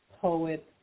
poet